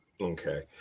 Okay